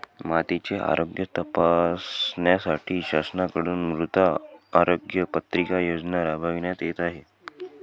मातीचे आरोग्य तपासण्यासाठी शासनाकडून मृदा आरोग्य पत्रिका योजना राबविण्यात येत आहे